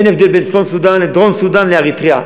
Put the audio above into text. אין הבדל בין צפון-סודאן לדרום-סודאן לאריתריאה.